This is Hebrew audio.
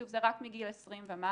שוב, זה רק מגיל 20 ומעלה.